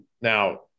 Now